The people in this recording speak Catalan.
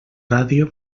ràdio